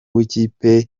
w’ikipe